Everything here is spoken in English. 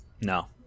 No